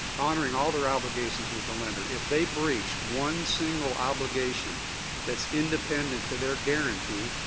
honoring all their obligations with the lender. if they breach one single obligation that's independent to their guaranty,